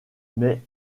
mais